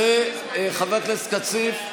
חבר הכנסת כסיף,